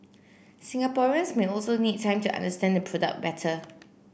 Singaporeans may also need time to understand the product better